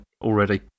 already